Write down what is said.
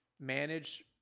manage